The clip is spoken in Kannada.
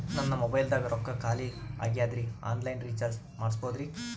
ನನ್ನ ಮೊಬೈಲದಾಗ ರೊಕ್ಕ ಖಾಲಿ ಆಗ್ಯದ್ರಿ ಆನ್ ಲೈನ್ ರೀಚಾರ್ಜ್ ಮಾಡಸ್ಬೋದ್ರಿ?